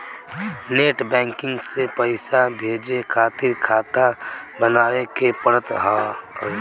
net banking से पईसा भेजे खातिर खाता बानवे के पड़त हअ